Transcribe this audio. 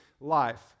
life